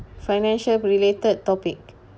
financial-related topic